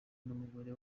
n’umugore